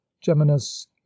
geminus